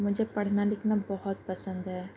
مجھے پڑھنا لکھنا بہت پسند ہے